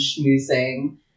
schmoozing